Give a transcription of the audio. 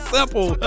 Simple